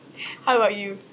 how about you